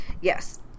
Yes